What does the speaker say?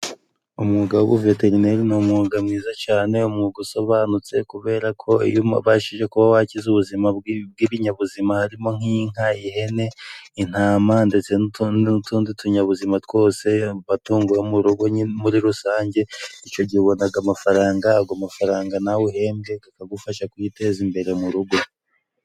Umwuga w'ubuveterineri ni umwuga mwiza cyane umwuga usobanutse, kubera ko iyo ubashije kuba wakiza ubuzima bw'ibinyabuzima harimo nk'inka, ihene, intama, ndetse n'utundi tunyabuzima twose amatungo yo murugo muri rusange, icyo gihe ubona amafaranga ayo mafaranga nawe uhembwe akagufasha kwiteza imbere murugo.